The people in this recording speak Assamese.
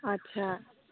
আচ্ছা